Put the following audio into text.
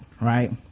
Right